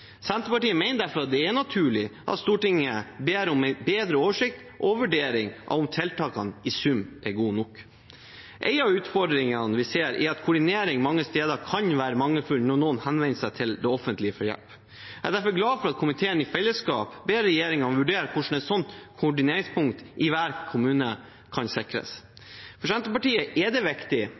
Senterpartiet mener derfor det er naturlig at Stortinget ber om en bedre oversikt og vurdering av om tiltakene i sum er gode nok. Én av utfordringene vi ser, er at koordineringen mange steder kan være mangelfull når noen henvender seg til det offentlige for hjelp. Jeg er derfor glad for at komiteen i fellesskap ber regjeringen vurdere hvordan et sånt koordineringspunkt i hver kommune kan sikres. For Senterpartiet er det viktig